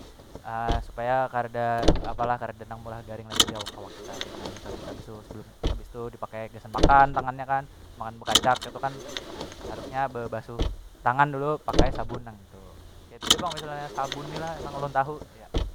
supaya kareda apa lah kareda nang meulah garing lagi di awak- awak kita ketu na misal kita sebelum habis tu dipakai gasan makan tangannya kan makan bekacak ketu kan harusnya bebasuh tangan dulu pakai sabun nang itu keitu ja pang misalnya sabun ni lah nang ulun tahu ea.